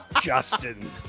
Justin